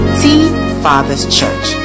tfatherschurch